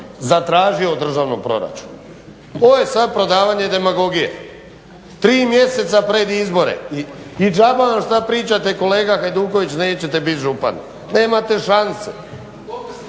zatražio u državnom proračunu. Ovo je sad prodavanje demagogije tri mjeseca pred izbore i džaba šta pričate kolega Hajduković, nećete biti župan, nemate šanse.